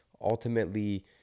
ultimately